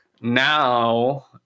now